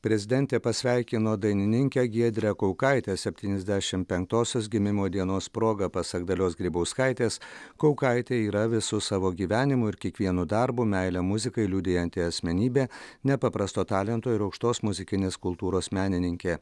prezidentė pasveikino dainininkę giedrę kaukaitę septyniasdešimt penktosios gimimo dienos proga pasak dalios grybauskaitės kaukaitė yra visu savo gyvenimu ir kiekvienu darbu meilę muzikai liudijanti asmenybė nepaprasto talento ir aukštos muzikinės kultūros menininkė